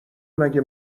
مگه